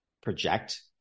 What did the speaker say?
project